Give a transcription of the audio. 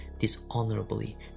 dishonorably